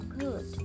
good